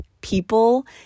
people